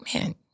man